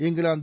England